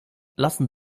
lassen